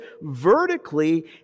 vertically